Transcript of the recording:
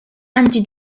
anti